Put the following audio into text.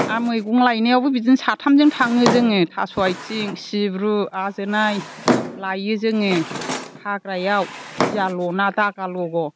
आरो मैगं लायनायावबो बिदिनो साथामजों थाङो जोङो थास' आथिं सिब्रु आजोनाय लायो जोङो हाग्रायाव गिया लना दागा लग'